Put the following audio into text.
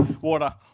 Water